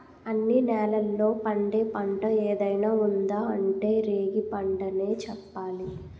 అన్ని నేలల్లో పండే పంట ఏదైనా ఉందా అంటే రేగిపండనే చెప్పాలి